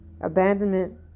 Abandonment